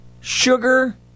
sugar